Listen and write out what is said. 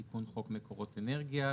תיקון חוק מקורות אנרגיה,